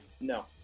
no